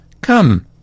Come